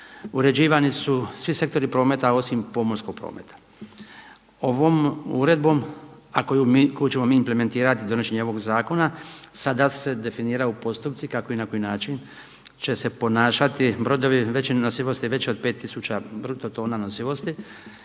uređivani su svi sektori prometa osim pomorskog prometa. Ovom uredbom a koju ćemo mi implementirati donošenjem ovog zakona sada se definiraju postupci kako i na koji način će se ponašati brodovi nosivosti veće od 5 tisuća bruto tona nosivosti